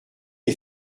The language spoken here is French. est